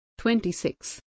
26